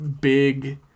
big